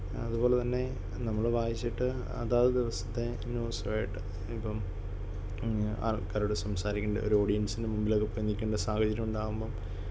അതുപോലെ തന്നെ നമ്മൾ വായിച്ചിട്ട് അതായത് ദിവസത്തെ ന്യൂസ് റീഡ് ഇപ്പം ആൾക്കാരോട് സംസാരിക്കേണ്ട ഒരു ഓഡിയൻസിന് മുമ്പിലൊക്കെ പോയി നിൽക്കേണ്ട സാഹചര്യം ഉണ്ടാവുമ്പം